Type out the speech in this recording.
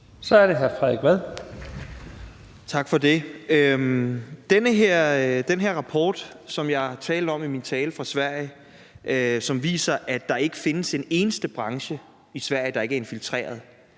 Kl. 10:55 Frederik Vad (S): Tak for det. Den her rapport fra Sverige, som jeg talte om i min tale, og som viser, at der ikke findes en eneste branche i Sverige, der ikke er infiltreret